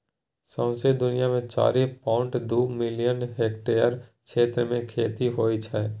सौंसे दुनियाँ मे चारि पांइट दु मिलियन हेक्टेयर क्षेत्र मे खेती होइ छै